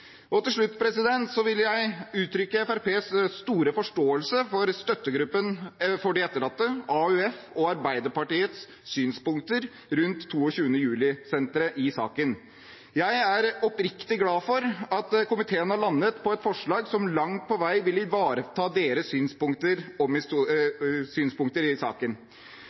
Til slutt vil jeg uttrykke Fremskrittspartiets store forståelse for støttegruppen for de etterlattes, AUFs og Arbeiderpartiets synspunkter i saken rundt 22. juli-senteret. Jeg er oppriktig glad for at komiteen har landet på et forslag som langt på vei vil ivareta deres synspunkter i saken. Vi må ta på alvor at det finnes konspiratoriske krefter i